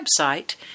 website